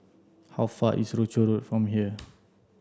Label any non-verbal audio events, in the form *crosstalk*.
how far away is Rochor Road from here *noise*